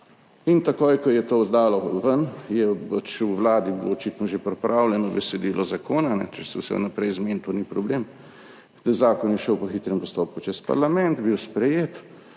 In takoj ko se je to dalo ven, je pač v Vladi bilo očitno že pripravljeno besedilo zakona, če se vse vnaprej zmeni, to ni problem, zakon je šel po hitrem postopku čez parlament, bil je sprejet,